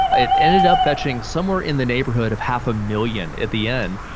it ended up fetching somewhere in the neighborhood of half a million at the end,